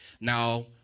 Now